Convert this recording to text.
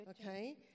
okay